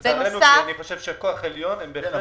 כי אני חושב שבסיבת "כוח עליון" הם בהחלט